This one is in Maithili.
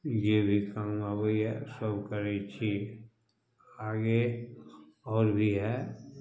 जे भी काम आबैए सभ करैत छी आगे आओर भी हए